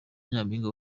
nyampinga